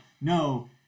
no